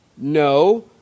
No